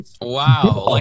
wow